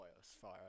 fire